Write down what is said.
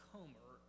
Comer